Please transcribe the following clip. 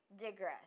digress